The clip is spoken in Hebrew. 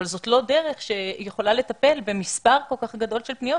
אבל זאת לא דרך שהיא יכולה לטפל במספר כל כך גדול של פניות.